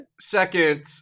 Second